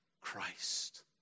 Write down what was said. Christ